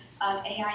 AI